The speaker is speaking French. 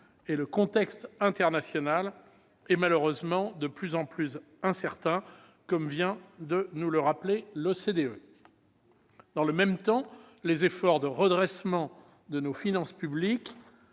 et le contexte international est malheureusement de plus en plus incertain, comme vient de le rappeler l'OCDE. Dans le même temps, les efforts de redressement de nos finances publiques